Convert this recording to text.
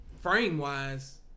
frame-wise